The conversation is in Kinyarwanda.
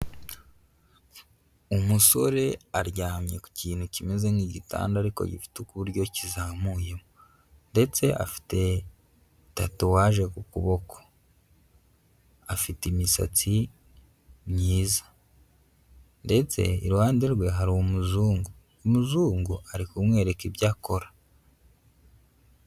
Umusore aryamye ku kintu kimeze nk'igitanda ariko gifite uburyo kizamuyemo ndetse afite tatuwaje ku kuboko, afite imisatsi myiza ndetse iruhande rwe hari umuzungu, umuzungu ari kumwereka ibyo akora.